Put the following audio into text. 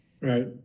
Right